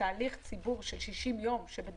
תהליך שיתוף הציבור של 60 יום שניתן